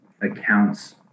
accounts